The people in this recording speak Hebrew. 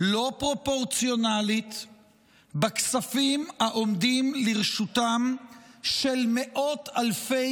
לא פרופורציונלית בכספים העומדים לרשותם של מאות אלפי